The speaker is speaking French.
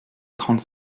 trente